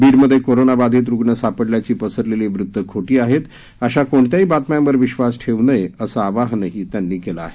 बीडमध्ये कोरोनाबाधित रुग्ण सापडल्याची पसरलेली वृत्तं खोटी आहेत अशा कोणत्याही बातम्यांवर विद्वास ठेवू नये असं आवाहनही त्यांनी केलं आहे